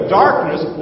darkness